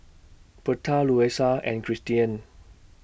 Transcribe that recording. Berta Luisa and Kristian